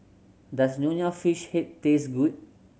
does Nonya Fish Head taste good